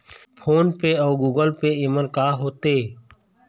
Phone पे अउ Google Pay येमन का होते?